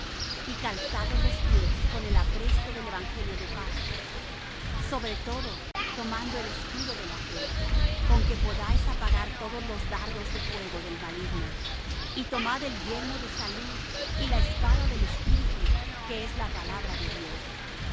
y calzados los pies con el apresto del evangelio de paz sobre todo tomando el escudo de la fe con que podáis apagar todos los dardos de fuego del maligno y tomad el yelmo de salud y la espada del espíritu que es la palabra de dios